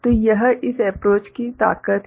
तो यह इस अप्रोच की ताकत है